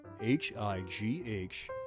H-I-G-H